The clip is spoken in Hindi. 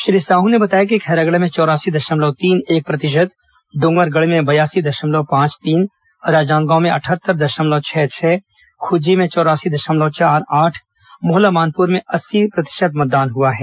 श्री साहू ने बताया कि खैरागढ़ में चौरासी दशमलव तीन एक प्रतिशत डोंगरगढ़ में बयासी दशमलव पांच तीन राजनांदगांव में अटहत्तर दशमलव छह छह खूज्जी में चौरासी दशमलव चार आठ मोहला मानपूर में अस्सी प्रतिशत मतदान हुआ है